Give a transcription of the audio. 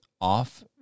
off